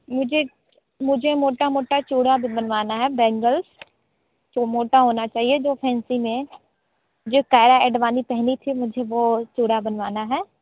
मुझे मुझे मोटा मोटा चूड़ा भी बनवाना है बैंगल्स जो मोटा होना चाहिए जो फ़ैंसी में जो किआरा अडवानी पहनी थी मुझे वो चूड़ा बनवाना है